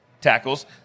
tackles